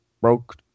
broke